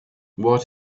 what